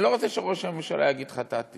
אני לא רוצה שראש הממשלה יגיד "חטאתי".